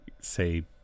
say